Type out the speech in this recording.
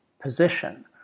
position